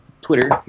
Twitter